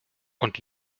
und